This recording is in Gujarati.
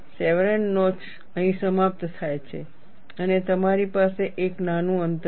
શેવરોન નોચ અહીં સમાપ્ત થાય છે અને તમારી પાસે એક નાનું અંતર છે